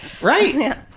Right